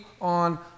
on